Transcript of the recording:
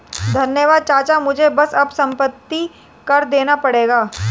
धन्यवाद चाचा मुझे बस अब संपत्ति कर देना पड़ेगा